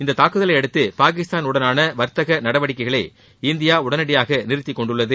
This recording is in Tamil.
இந்தத் தாக்குதலை அடுத்து பாகிஸ்தானுடனான வர்த்தக நடவடிக்கைகளை இந்தியா உடனடியாக நிறுத்திக் கொண்டுள்ளது